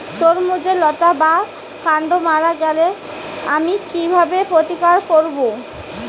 তরমুজের লতা বা কান্ড মারা গেলে আমি কীভাবে প্রতিকার করব?